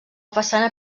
façana